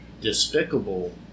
despicable